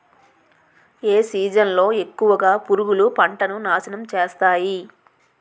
ఏ season లో ఎక్కువుగా పురుగులు పంటను నాశనం చేస్తాయి?